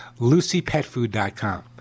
LucyPetFood.com